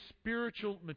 spiritual